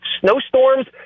snowstorms